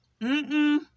Mm-mm